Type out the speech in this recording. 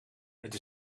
het